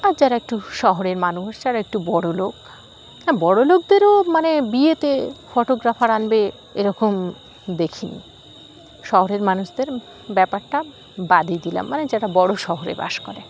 আর যারা একটু শহরের মানুষ যারা একটু বড়লোক হ্যাঁ বড়লোকদেরও মানে বিয়েতে ফটোগ্রাফার আনবে এরকম দেখিনি শহরের মানুষদের ব্যাপারটা বাদই দিলাম মানে যারা বড়ো শহরে বাস করে